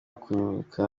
kunyunyuka